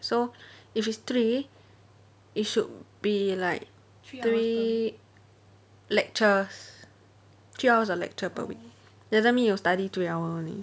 so if it's three it should be like three lectures three hours of lecture per week doesn't mean you study three hour only